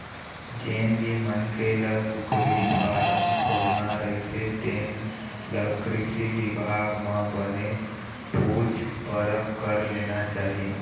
जेन भी मनखे ल कुकरी फारम खोलना रहिथे तेन ल कृषि बिभाग म बने पूछ परख कर लेना चाही